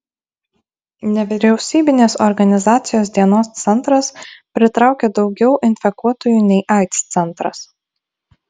nevyriausybinės organizacijos dienos centras pritraukia daugiau infekuotųjų nei aids centras